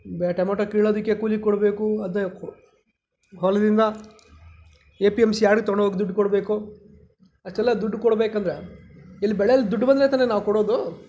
tomato ಕೀಳೋದಕ್ಕೆ ಕೂಲಿ ಕೊಡಬೇಕು ಅದನ್ನ ಕೊ ಹೊಲದಿಂದ ಎ ಪಿ ಎಮ್ ಸಿ ತೊಗೊಂಡೋಗೋಕೆ ದುಡ್ಡು ಕೊಡಬೇಕು ಅಷ್ಟೆಲ್ಲ ದುಡ್ಡು ಕೊಡಬೇಕೆಂದರೆ ಇಲ್ಲಿ ಬೆಳೆಯಲ್ಲಿ ದುಡ್ಡು ಬಂದರೆ ತಾನೇ ನಾವು ಕೊಡೋದು